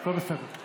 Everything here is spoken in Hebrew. הכול בסדר.